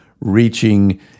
reaching